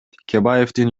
текебаевдин